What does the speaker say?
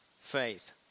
faith